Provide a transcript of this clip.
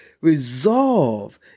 resolve